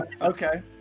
Okay